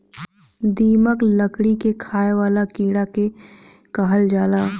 दीमक, लकड़ी के खाए वाला कीड़ा के कहल जाला